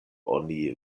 oni